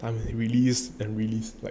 time released and released like